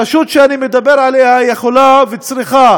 הרשות שאני מדבר עליה יכולה וצריכה